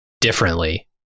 differently